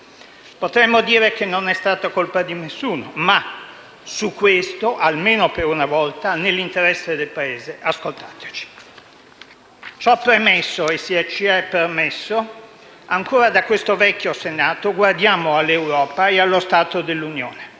Potremmo dire che non è stata colpa di nessuno ma su questo, almeno per una volta, nell'interesse del Paese, ascoltateci! Ciò premesso, e se ci è permesso, ancora da questo vecchio Senato guardiamo all'Europa e allo «Stato dell'Unione».